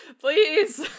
please